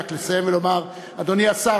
רק לסיים ולומר: אדוני השר,